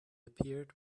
appeared